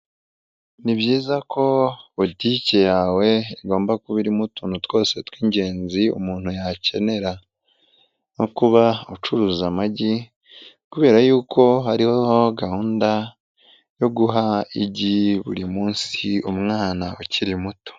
Ni byiza ko butike yawe igomba kuba irimo utuntu twose tw'ingenzi umuntu yakenera. Nko kuba ucuruza amagi kubera yuko hariho gahunda yo guha igi buri munsi umwana ukiri muto.